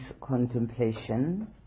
contemplation